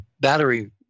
battery